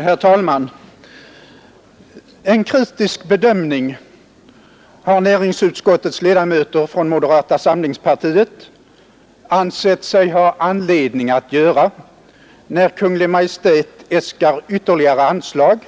Herr talman! En kritisk bedömning har näringsutskottets ledamöter från moderata samlingspartiet ansett sig ha anledning att göra när Kungl. Maj:t äskar ytterligare anslag